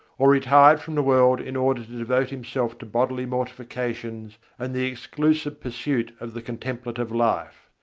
or retired from the world in order to devote himself to bodily mortifications and the exclusive pursuit of the contemplative life.